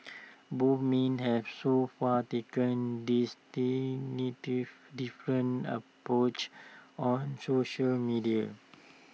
both men have so far taken different approaches on social media